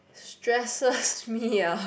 stresses me ah